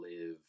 live